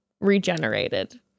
regenerated